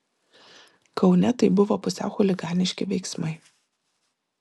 kaune tai buvo pusiau chuliganiški veiksmai